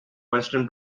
western